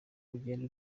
ugenda